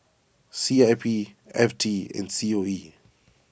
C I P F T and C O E